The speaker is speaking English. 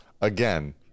Again